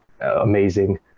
amazing